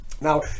Now